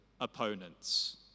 opponents